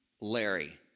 Larry